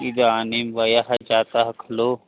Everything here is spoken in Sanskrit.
इदानीं वयः जातः खलु